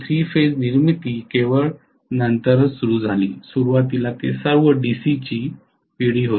कारण three phase निर्मिती केवळ नंतरच सुरू झाली सुरुवातीला ते सर्व डीसी ची पिढी होती